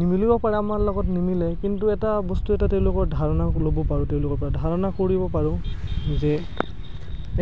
নিমিলব পাৰে আমাৰ লগত নিমিলে কিন্তু এটা বস্তুৱে এটা তেওঁলোকৰ ধাৰণা ল'ব পাৰোঁ তেওঁলোকৰ পৰা ধাৰণা কৰিব পাৰোঁ যে